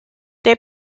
they